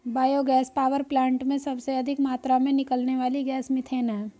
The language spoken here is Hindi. बायो गैस पावर प्लांट में सबसे अधिक मात्रा में निकलने वाली गैस मिथेन है